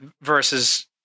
versus